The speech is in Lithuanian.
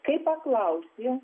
kai paklausi